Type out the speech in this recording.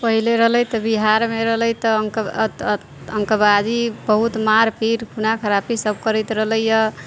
पहले रहलै तऽ बिहार मे रहलै तऽ अंक अंकबाजी बहुत मारपीट खूना खराबी सब करैत रहलै हँ